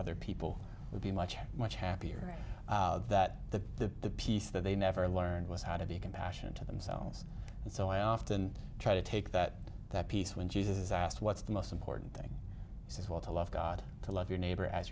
other people would be much much happier that the piece that they never learned was how to be compassionate to themselves and so i often try to take that that piece when jesus is asked what's the most important thing is as well to love god to love your neighbor as